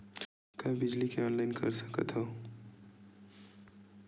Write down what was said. का बिजली के ऑनलाइन कर सकत हव?